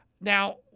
Now